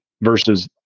Versus